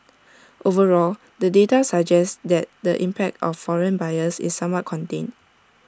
overall the data suggests that the impact of foreign buyers is somewhat contained